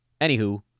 Anywho